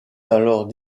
alors